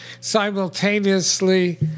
simultaneously